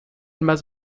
más